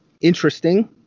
interesting